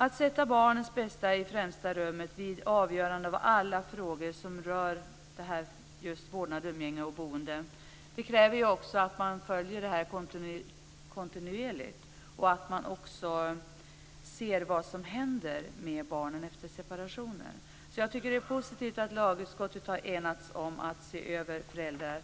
Att sätta barnets bästa i främsta rummet vid avgörande av alla frågor som rör vårdnad, umgänge och boende, kräver att vi kontinuerligt följer vad som händer med barnen efter separationer. Det är positivt att lagutskottet har enats om att se över reformen